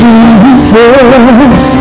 Jesus